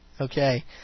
Okay